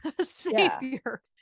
savior